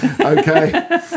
Okay